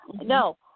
No